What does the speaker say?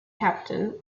captain